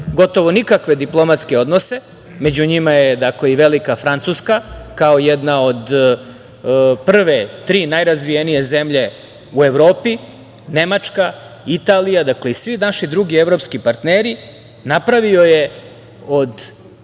gotovo nikakve diplomatske odnose, među njima je i velika Francuska, kao jedna od prve tri najrazvijenije zemlje u Evropi, Nemačka, Italija i svi naši drugi evropski partneri, napravio je od